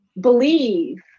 believe